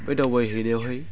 बै दावबाय हैनायावहाय